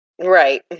Right